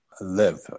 live